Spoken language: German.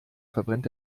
verbrennt